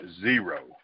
zero